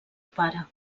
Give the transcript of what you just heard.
pare